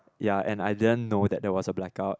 ya and I then know that there was a blackout